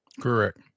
Correct